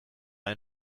ein